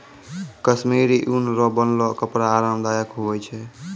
कश्मीरी ऊन रो बनलो कपड़ा आराम दायक हुवै छै